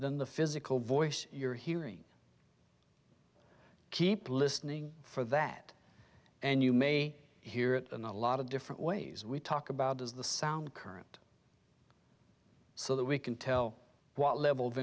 than the physical voice you're hearing keep listening for that and you may hear it in a lot of different ways we talk about as the sound current so that we can tell what level of